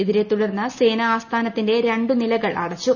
ഇതിനെ തുടർന്ന് സേനാ ആസ്ഥാനത്തിന്റെ രണ്ടു നിലകൾ അടച്ചു